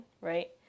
right